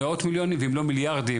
מאות מיליונים ואם לא מיליארדים,